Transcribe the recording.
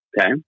okay